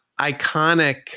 iconic